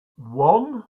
one